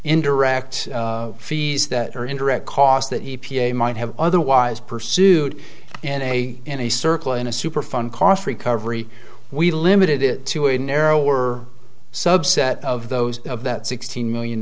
interact fees that are indirect costs that he p a might have otherwise pursued in a in a circle in a super fun cost recovery we limited it to a narrower subset of those of that sixteen million